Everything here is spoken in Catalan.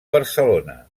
barcelona